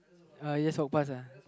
uh yes walk pass uh